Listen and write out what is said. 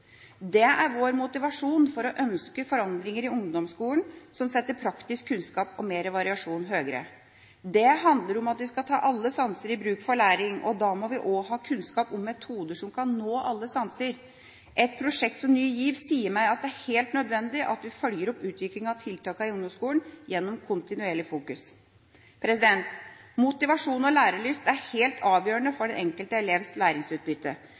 Det er vår motivasjon for å ønske forandringer i ungdomsskolen som setter praktisk kunnskap og mer variasjon høyere. Det handler om at vi skal ta alle sanser i bruk for læring, og da må vi også ha kunnskap om metoder som kan nå alle sanser. Et prosjekt som Ny GIV sier meg at det er helt nødvendig at vi følger opp utviklingen av tiltakene i ungdomsskolen gjennom kontinuerlig fokus. Motivasjon og lærelyst er helt avgjørende for den enkelte elevs læringsutbytte.